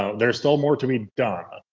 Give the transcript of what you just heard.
ah there's still more to be done.